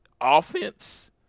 offense